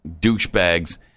douchebags